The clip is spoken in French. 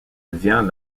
devient